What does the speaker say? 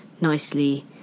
nicely